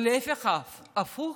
או להפך, הפוך,